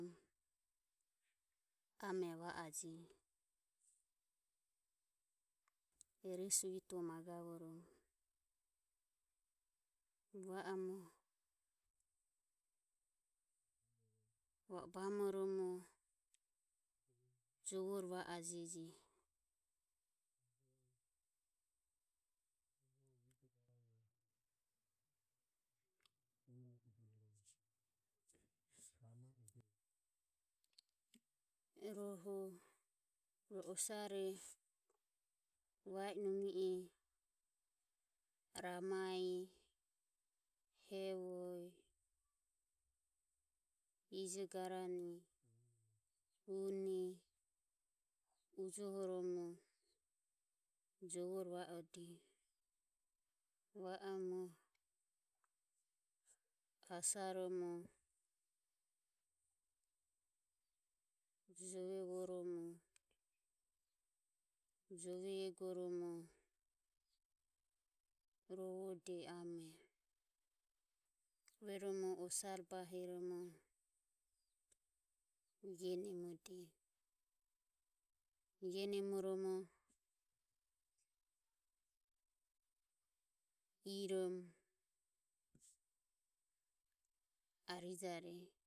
Amore va aje e resu vituoho magavorom. Va omo va o bamorom jovore va ajeje. Ehi oroho ro osare va inumi e ramae hevoe ijo garane une ujohorom jovore va ode. Va orom hasarom jove vuorom jove eguorom rovode amero rueromo osare bahiromo ie nemode. Ie nemorom irom arijareje.